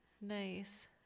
Nice